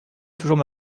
toujours